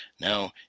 Now